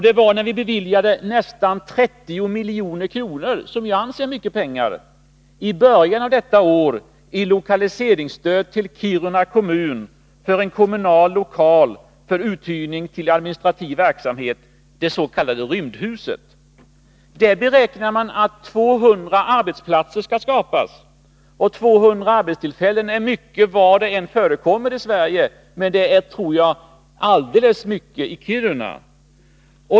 Det var när vi beviljade nästan 30 milj.kr. — som jag anser vara mycket pengar —i början av detta år i lokaliseringsstöd till Kiruna kommun för en kommunal lokal för uthyrning till administrativ verksamhet, det s.k. rymdhuset. Man beräknar att 200 arbetstillfällen skall skapas, och det är mycket, var det än förekommer — och jag tror att det är väldigt mycket i Kiruna.